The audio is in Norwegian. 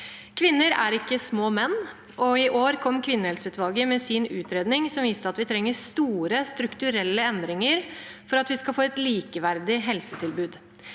Kvinner er ikke små menn, og i år kom Kvinnehelseutvalget med sin utredning som viste at vi trenger store, strukturelle endringer for at vi skal få et likeverdig helsetilbud.